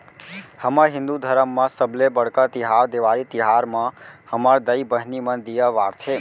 हमर हिंदू धरम म सबले बड़का तिहार देवारी तिहार म हमर दाई बहिनी मन दीया बारथे